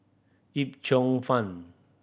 Yip Cheong Fun